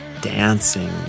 dancing